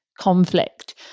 conflict